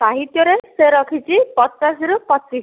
ସାହିତ୍ୟରେ ସେ ରଖିଛି ପଚାଶରୁ ପଚିଶ୍